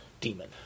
demon